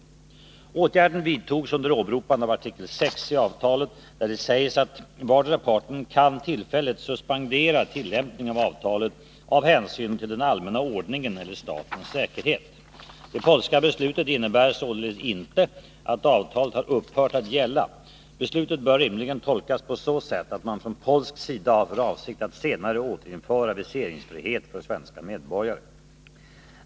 5 Åtgärden vidtogs under åberopande av artikel 6 i avtalet, där det sägs att vardera parten tillfälligt kan suspendera tillämpningen av avtalet av hänsyn till den allmänna ordningen eller statens säkerhet. Det polska beslutet innebär således inte att avtalet har upphört att gälla. Beslutet bör rimligen tolkas på så sätt, att man från polsk sida har för avsikt att senare återinföra viseringsfrihet för svenska medborgare.